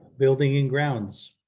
building and grounds.